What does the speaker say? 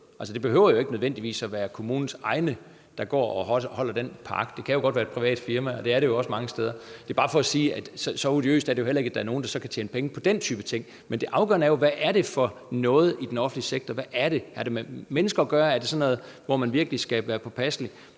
det behøver jo ikke nødvendigvis at være kommunens egne folk, der går og holder den park. Det kan jo godt være et privat firma, og det er det jo også mange steder. Det er bare for at sige, at så odiøst er det jo heller ikke, at der er nogle, der så kan tjene penge på den type ting. Men det afgørende er jo, hvad det er for noget i den offentlige sektor. Har det med mennesker at gøre? Altså, er det sådan noget, hvor man virkelig skal være påpasselig?